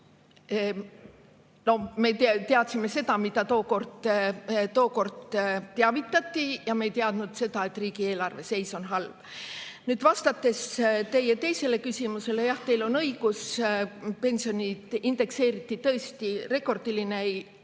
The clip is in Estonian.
Me teadsime seda, millest tookord teavitati, ja me ei teadnud, et riigieelarve seis on halb. Vastates teie teisele küsimusele: jah, teil on õigus, pensione indekseeriti tõesti. "Rekordiline" ei olnud